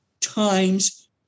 times